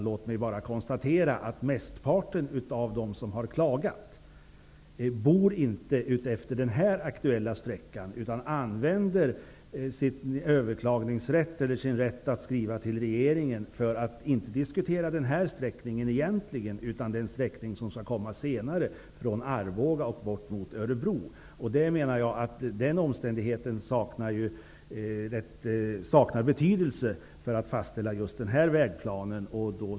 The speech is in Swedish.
Låt mig konstatera att mestparten av dem som har klagat inte bor utefter den aktuella sträckan. De använder sin rätt att överklaga och skriva till regeringen inte för att diskutera denna sträckning utan i stället den sträckning som skall komma senare från Arboga bort mot Örebro. Jag menar att den omständigheten saknar betydelse för att fastställa denna vägplan.